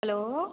hello